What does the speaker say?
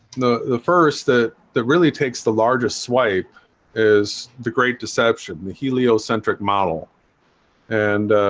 the the first that that really takes the largest swipe is the great deception the heliocentric model and